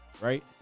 right